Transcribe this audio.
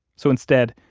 so instead,